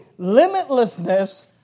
limitlessness